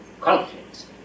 conflicts